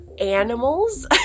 animals